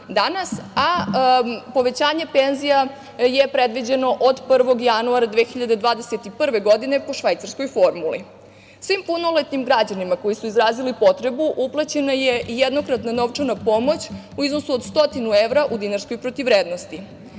a povećanje penzija je predviđeno od 1. januara 2021. godine, po švajcarskoj formuli. Svim punoletnim građanima koji su izrazili potrebu uplaćena je jednokratna pomoć u iznosu od 100 evra u dinarskoj protivvrednosti.